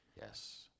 Yes